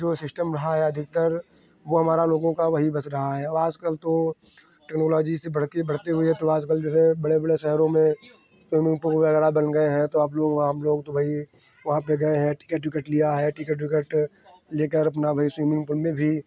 तो जो सिस्टम रहा है अधिकतर वो हमारा लोगों का वही बस रहा है अब आज कल तो टेक्नोलोजी जी से बढ़ते बढ़ते हुए तो आज कल जैसे बड़े बड़े शहरों में स्विमिंग पूल वगैरह बन गए हैं तो आप लोग व हम लोग तो भई वहाँ पे गए हैं टिकट विकट लिया है टिकट विकट लेकर अपना भई स्विमिंग पूल में भी